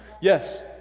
yes